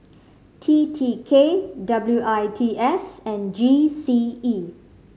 T T K W I T S and G C E